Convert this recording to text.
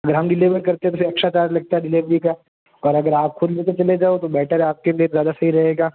अगर हम डिलीवर करते हैं तो फिर एक्स्ट्रा चार्ज लगता है डिलीवरी का और अगर आप खुद लेके चले जाओ तो बेटर है आप के लिए ज़्यादा सही रहेगा